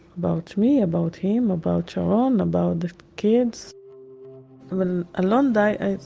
about me, about him, about sharon, about the kids when alon died,